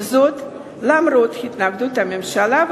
הזאת למרות התנגדות הממשלה,